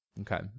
Okay